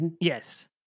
Yes